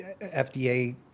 FDA